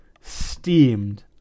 Steamed